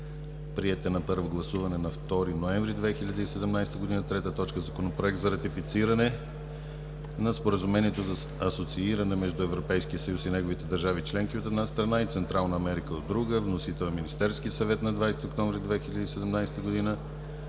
Приет е на първо гласуване на 2 ноември 2017 г. 3. Законопроект за ратифициране на Споразумението за асоцииране между Европейския съюз и неговите държави-членки от една страна и Централна Америка от друга. Вносител е Министерският съвет на 20 октомври 2017 г.